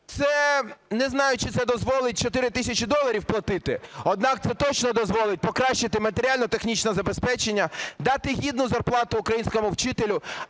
Не знаю, чи це дозволить 4 тисячі доларів платити, однак це точно дозволить покращити матеріально-технічне забезпечення, дати гідну зарплату українському вчителю,